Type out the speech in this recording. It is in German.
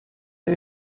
der